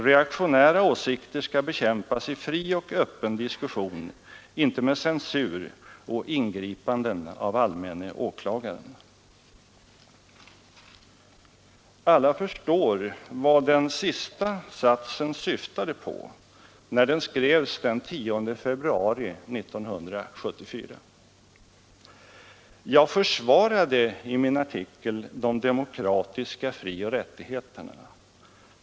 Reaktionära åsikter skall bekämpas i fri och öppen diskussion, inte med censur och ingripanden av allmänna åklagaren.” Alla förstår vad den sista satsen syftade på, när artikeln skrevs den 10 februari 1974. I den artikeln försvarades de demokratiska frioch rättigheterna.